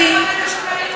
תודה.